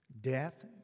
death